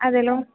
അതേല്ലോ